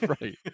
Right